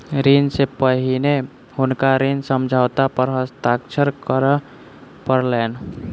ऋण सॅ पहिने हुनका ऋण समझौता पर हस्ताक्षर करअ पड़लैन